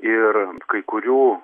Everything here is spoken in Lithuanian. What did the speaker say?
ir kai kurių